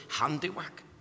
handiwork